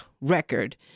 record